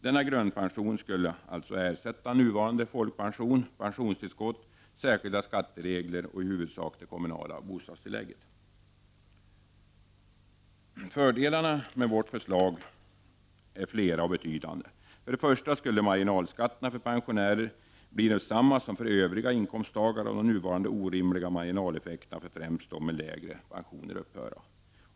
Denna grundpension skulle alltså ersätta nuvarande folkpension, pensionstillskott, särskilda skatteregler och i huvudsak det kommunala bostadstillägget. Fördelarna med vårt förslag är flera och betydande. För det första skulle marginalskatterna för pensionärer bli desamma som för övriga inkomsttagare och de nuvarande orimliga marginaleffekterna för främst dem med lägre pensioner upphöra.